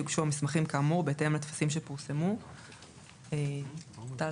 יוגשו המסמכים כאמור בהתאם לטפסים שפורסמו."; טל,